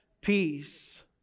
peace